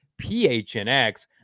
PHNX